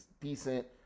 decent